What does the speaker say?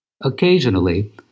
Occasionally